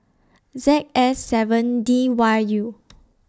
Z S seven D Y U